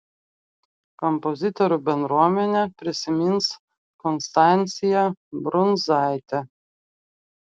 kompozitorių bendruomenė prisimins konstanciją brundzaitę